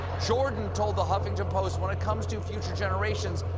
jordan told the huffington post, when it comes to future generations,